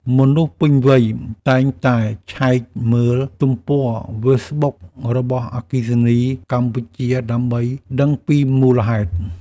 មនុស្សពេញវ័យតែងតែឆែកមើលទំព័រហ្វេសប៊ុករបស់អគ្គិសនីកម្ពុជា ដើម្បីដឹងពីមូលហេតុ។